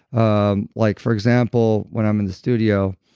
um like for example, when i'm in the studio,